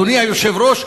אדוני היושב-ראש,